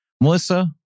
Melissa